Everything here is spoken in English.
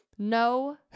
No